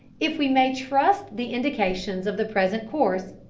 if we may trust the indications of the present course,